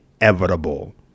inevitable